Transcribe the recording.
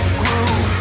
groove